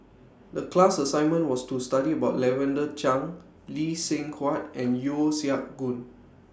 The class assignment was to study about Lavender Chang Lee Seng Huat and Yeo Siak Goon